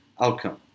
outcome